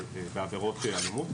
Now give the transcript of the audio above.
בעבירות אלימות.